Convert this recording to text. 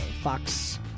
Fox